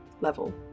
level